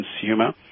consumer